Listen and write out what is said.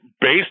based